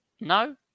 No